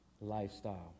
lifestyle